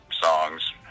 songs